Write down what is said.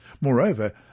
Moreover